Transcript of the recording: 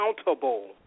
accountable